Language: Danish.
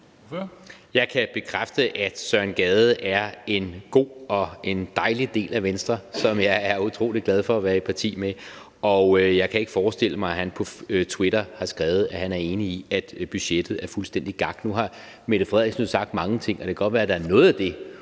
Jeg kan bekræfte, at Søren Gade er en god og en dejlig del af Venstre, og jeg er utrolig glad for at være i parti med ham. Og jeg kan ikke forestille mig, at han på Twitter har skrevet, at han er enig i, at budgettet er fuldstændig gak. Nu har statsministeren jo sagt mange ting, og det kan godt være, at der er noget af det,